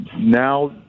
now